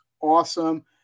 awesome